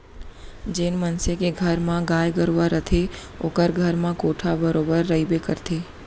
जेन मनसे के घर म गाय गरूवा रथे ओकर घर म कोंढ़ा बरोबर रइबे करथे